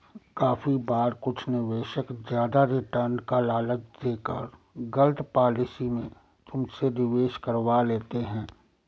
काफी बार कुछ निवेशक ज्यादा रिटर्न का लालच देकर गलत पॉलिसी में तुमसे निवेश करवा लेते हैं